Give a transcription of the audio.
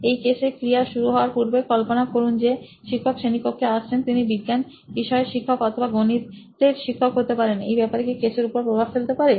এই কেসে ক্রিয়া শুরু হওয়ার পূর্বে কল্পনা করুন যে যে শিক্ষক শ্রেণীকক্ষে আসছেন তিনি বিজ্ঞান বিষয়ের শিক্ষক অথবা গণিতের শিক্ষক হতে পারেন এই ব্যাপারটা কি কেসের উপর প্রভাব ফেলতে পারে